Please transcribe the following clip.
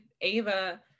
Ava